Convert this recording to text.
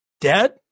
dead